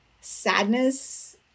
sadness